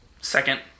second